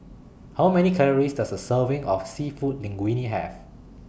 How Many Calories Does A Serving of Seafood Linguine Have